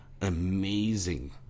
amazing